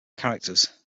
characters